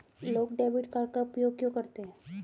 लोग debit card का उपयोग क्यों करते हैं?